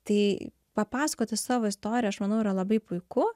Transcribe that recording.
tai papasakoti savo istoriją aš manau yra labai puiku